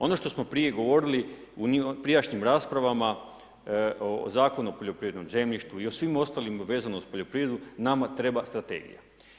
Ono što smo prije govorili, u prijašnjim raspravama, Zakon o poljoprivrednom zemljištu i o svim ostalim vezano uz poljoprivredu, nama treba strategija.